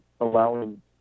allowing